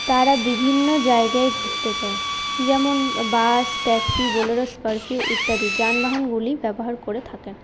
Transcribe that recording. তারা বিভিন্ন জায়গায় ঘুরতে যায় যেমন বাস ট্যাক্সি বোলেরো স্করপিও ইত্যাদি যানবাহনগুলি ব্যবহার করে থাকেন